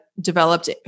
developed